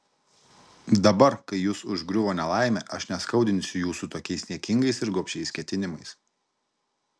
dabar kai jus užgriuvo nelaimė aš neskaudinsiu jūsų tokiais niekingais ir gobšiais ketinimais